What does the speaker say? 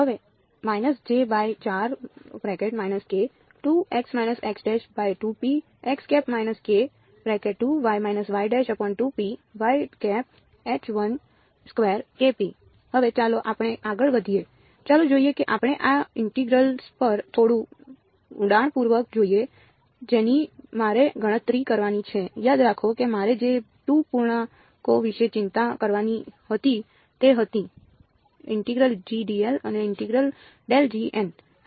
હવે ચાલો આપણે આગળ વધીએ ચાલો જોઈએ કે આપણે આ ઇન્ટેગ્રલસ્ પર થોડું ઊંડાણપૂર્વક જોઈએ જેની મારે ગણતરી કરવાની છે યાદ રાખો કે મારે જે 2 પૂર્ણાંકો વિશે ચિંતા કરવાની હતી તે હતી અને હા